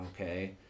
okay